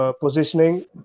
Positioning